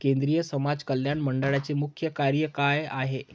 केंद्रिय समाज कल्याण मंडळाचे मुख्य कार्य काय आहे?